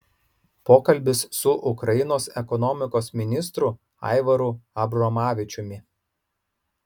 pokalbis su ukrainos ekonomikos ministru aivaru abromavičiumi